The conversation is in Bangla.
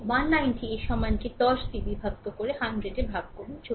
সুতরাং এই 190 এর সমানকে 10 বিভক্ত 100 এ ভাগ করুন